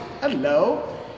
Hello